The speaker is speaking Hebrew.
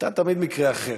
אתה תמיד מקרה אחר.